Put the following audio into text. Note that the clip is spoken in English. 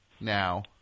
now